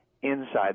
inside